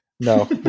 No